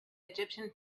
egyptian